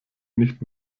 nicht